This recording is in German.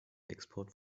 export